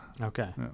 Okay